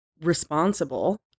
responsible